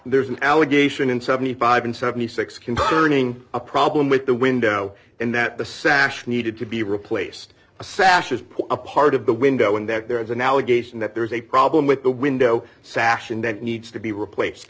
there's an allegation in seventy five in seventy six concerning a problem with the window and that the sash needed to be replaced sashes put a part of the window in that there is an allegation that there is a problem with the window sash and that needs to be replaced